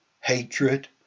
hatred